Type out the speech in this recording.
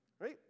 Right